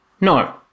No